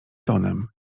tonem